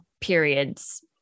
periods